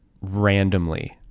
randomly